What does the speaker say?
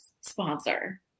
sponsor